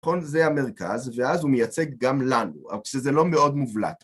זה המרכז, ואז הוא מייצג גם לנו, אבל כשזה לא מאוד מובלט.